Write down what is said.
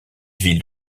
villes